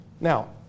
Now